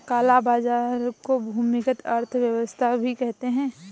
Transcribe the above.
काला बाजार को भूमिगत अर्थव्यवस्था भी कहते हैं